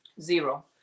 zero